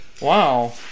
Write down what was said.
Wow